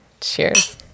Cheers